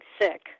sick